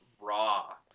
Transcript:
raw